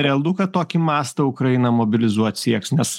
realu kad tokį mastą ukraina mobilizuot sieks nes